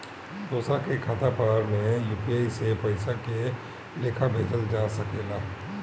दोसरा के खाता पर में यू.पी.आई से पइसा के लेखाँ भेजल जा सके ला?